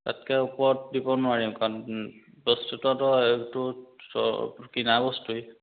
তাতকৈ ওপৰত দিব নোৱাৰিম কাৰণ বস্তুটোতো এইটো চব কিনা বস্তুৱেই